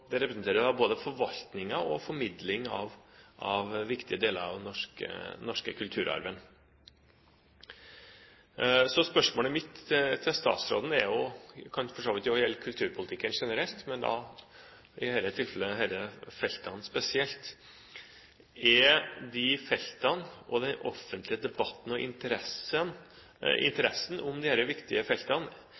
de representerer både forvaltningen og formidlingen av viktige deler av den norske kulturarven. Mitt spørsmål til statsråden gjelder for så vidt kulturpolitikken generelt, men i dette tilfellet disse feltene spesielt. Ser statsråden, ut fra interessen for og den offentlige debatten om disse viktige feltene,